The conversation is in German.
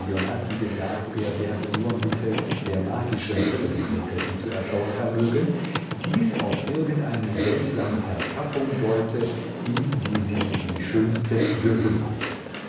gesagt er werde nur mittelst der magischen brille die prinzessin zu erschauen vermögen dies auf irgendeine seltsame verkappung deute in die sich die schönste gehüllt